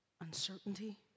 Uncertainty